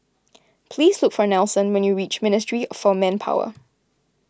please look for Nelson when you reach Ministry of Manpower